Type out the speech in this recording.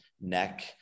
neck